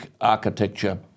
architecture